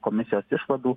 komisijos išvadų